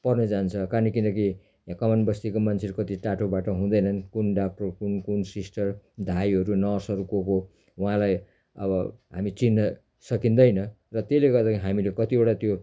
पर्न जान्छ कान किनकि कमान बस्तीको मन्छेहरू कति टाठो बाठो हुँदैनन् कुन डाक्टर कुन कुन सिस्टर धाईहरू नर्सहरू को को हो उहाँलाई अब हामी चिन्न सकिँदैन र त्यसले गर्दा हामीले कतिवटा त्यो